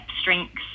strengths